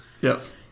Yes